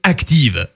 Active